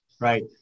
Right